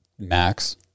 Max